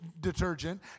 detergent